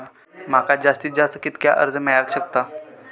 माका जास्तीत जास्त कितक्या कर्ज मेलाक शकता?